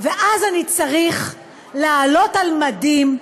ואז אני צריך לעלות על מדים,